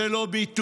זה לא ביטול,